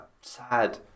sad